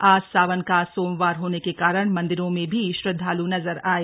आज सावन का सोमवार होने कारण मंदिरों में भी श्रद्धाल् नजर आये